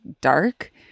dark